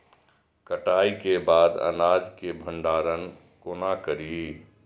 कटाई के बाद अनाज के भंडारण कोना करी?